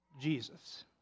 Jesus